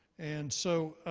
and so,